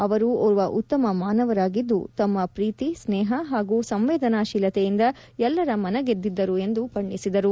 ಅವರು ಓರ್ವ ಉತ್ತಮ ಮಾನವರಾಗಿದ್ದು ತಮ್ಮ ಪ್ರೀತಿ ಸ್ನೇಹ ಹಾಗೂ ಸಂವೇದನಾಶೀಲತೆಯಿಂದ ಎಲ್ಲರ ಮನ ಗೆದಿದ್ದರು ಎಂದು ಬಣ್ಣಿಸಿದರು